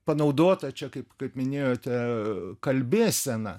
panaudota čia kaip kaip minėjote kalbėsena